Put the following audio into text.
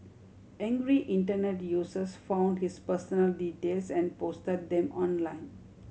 angry Internet users found his personal details and post them online